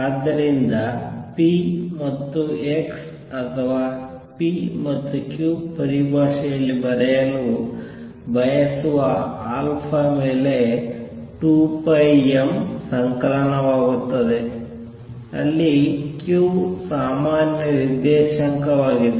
ಆದ್ದರಿಂದ ಇದು p ಮತ್ತು x ಅಥವಾ p ಮತ್ತು q ಪರಿಭಾಷೆಯಲ್ಲಿ ಬರೆಯಲು ಬಯಸುವ ಮೇಲೆ 2 m ಸಂಕಲನವಾಗುತ್ತದೆ ಅಲ್ಲಿ q ಸಾಮಾನ್ಯ ನಿರ್ದೇಶಾಂಕವಾಗಿದೆ